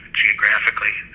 geographically